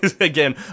again